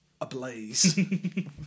ablaze